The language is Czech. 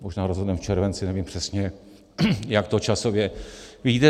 Možná rozhodneme v červenci, nevím přesně, jak to časově vyjde.